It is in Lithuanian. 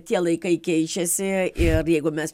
tie laikai keičiasi ir jeigu mes